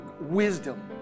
wisdom